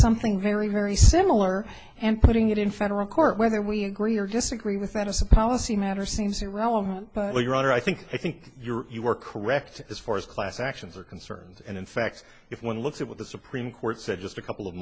something very very similar and putting it in federal court whether we agree or disagree with that as a policy matter seems irrelevant but your honor i think i think you are correct as far as class actions are concerned and in fact if one looks at what the supreme court said just a couple of